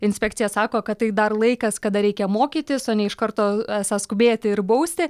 inspekcija sako kad tai dar laikas kada reikia mokytis o ne iš karto esą skubėti ir bausti